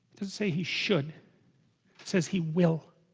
to say he should says he will